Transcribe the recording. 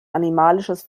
animalisches